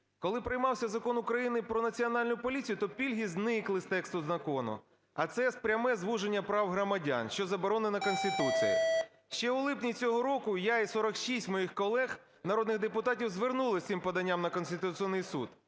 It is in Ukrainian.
Коли приймався Закон України "Про Національну поліцію", то пільги зникли з тексту закону. А це пряме звуження прав громадян, що заборонено Конституцією. Ще у липні цього року я і 46 моїх колег народних депутатів звернулися з цим поданням на Конституційний Суд.